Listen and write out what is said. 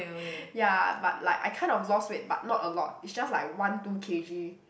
ya but like I kind of lost weight but not a lot it's just like one two K_G